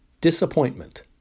Disappointment